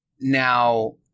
Now